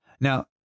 Now